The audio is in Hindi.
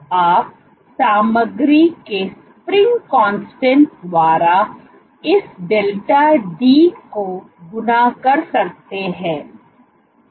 तो आप सामग्री के spring constant द्वारा इस डेल्टा डी को गुणा कर सकते हैं